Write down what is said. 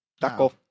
Taco